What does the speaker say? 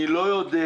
אני לא יודע,